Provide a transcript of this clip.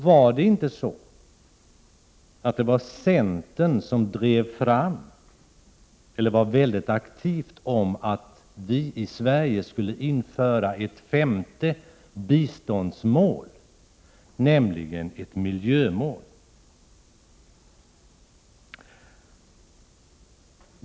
Var det inte centern som aktivt drev fram att Sverige skulle införa ett femte biståndsmål, nämligen ett miljömål?